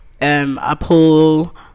Apple